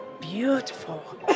beautiful